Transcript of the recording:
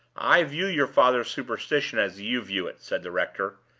i view your father's superstition as you view it, said the rector.